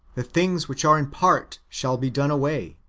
the things which are in part shall be done away.